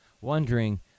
wondering